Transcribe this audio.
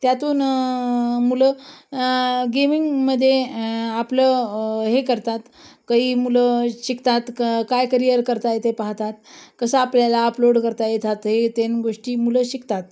त्यातून मुलं गेमिंगमध्ये आपलं हे करतात काही मुलं शिकतात क काय करियर करता येते पाहतात कसं आपल्याला अपलोड करता येतात हे तेन गोष्टी मुलं शिकतात